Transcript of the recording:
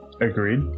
Agreed